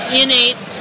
innate